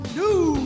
new